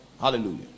Hallelujah